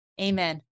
Amen